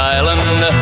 Island